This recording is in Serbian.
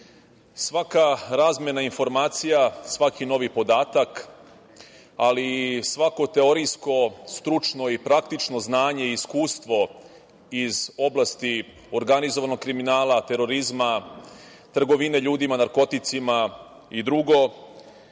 razmena informacija, svaki novi podatak, ali i svako teorijsko, stručno i praktično znanje i iskustvo iz oblasti organizovanog kriminala, terorizma, trgovine ljudima, narkoticima i drugo,